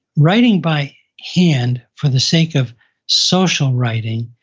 writing by hand for the sake of social writing,